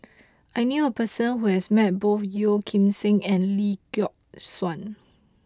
I knew a person who has met both Yeoh Ghim Seng and Lee Yock Suan